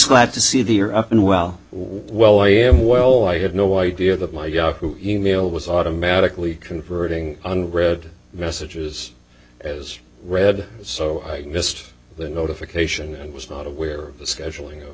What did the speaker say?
glad to see the are up and well while i am well i had no idea that my yahoo email was automatically converting unread messages as read so i missed the notification and was not aware of the scheduling of